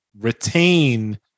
retain